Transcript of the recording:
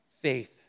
faith